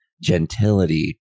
gentility